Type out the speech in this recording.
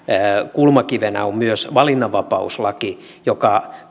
kulmakivenä on myös valinnanvapauslaki joka